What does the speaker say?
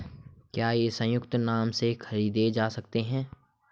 क्या ये संयुक्त नाम से खरीदे जा सकते हैं?